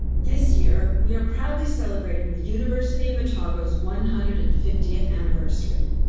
this year we are proudly celebrating the university of otago's one hundred and fiftieth anniversary.